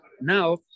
now